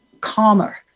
calmer